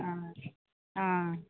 অঁ অঁ